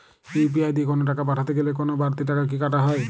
UPI দিয়ে কোন টাকা পাঠাতে গেলে কোন বারতি টাকা কি কাটা হয়?